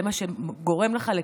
זה מה שגורם לך לתקתק,